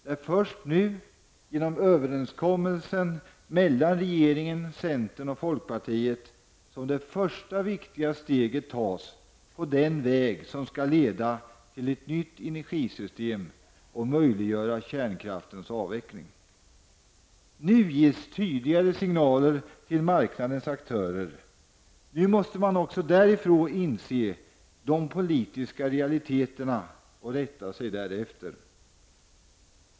Det är först nu genom överenskommelsen mellan regeringen, centern och folkpartiet som det första viktiga steget tas på den väg som skall leda till ett nytt energisystem och möjliggöra kärnkraftens avveckling. Det ges nu tydligare signaler till marknadens aktörer, som också måste inse de politiska realiteterna och rätta sig därefter.